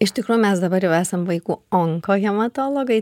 iš tikro mes dabar jau esam vaikų onkohematologai